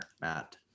Matt